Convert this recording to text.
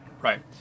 Right